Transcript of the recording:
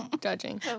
Judging